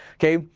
okay,